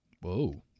Whoa